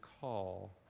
call